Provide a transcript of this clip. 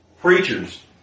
Preachers